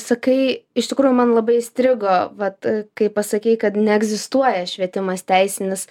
sakai iš tikrųjų man labai įstrigo vat kai pasakei kad neegzistuoja švietimas teisinis